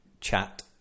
chat